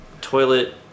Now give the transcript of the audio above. toilet